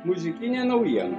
muzikinė naujiena